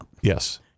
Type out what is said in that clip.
Yes